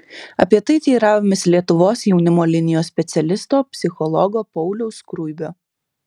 apie tai teiravomės lietuvos jaunimo linijos specialisto psichologo pauliaus skruibio